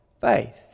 Faith